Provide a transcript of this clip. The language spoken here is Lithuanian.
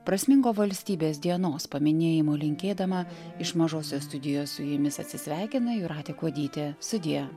prasmingo valstybės dienos paminėjimo linkėdama iš mažosios studijos su jumis atsisveikina jūratė kuodytė sudie